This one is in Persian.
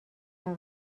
فقط